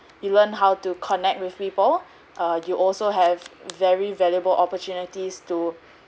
you learn how to connect with people uh you also have very valuable opportunities to